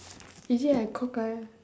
is it I cockeye